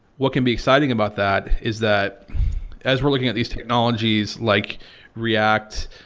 what can be exciting about that is that as we're looking at these technologies like react,